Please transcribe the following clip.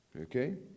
Okay